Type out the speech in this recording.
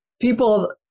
people